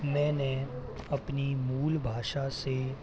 मैंने अपनी मूल भाषा से